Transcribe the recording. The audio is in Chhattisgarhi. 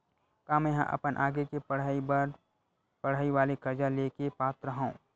का मेंहा अपन आगे के पढई बर पढई वाले कर्जा ले के पात्र हव?